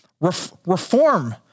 reform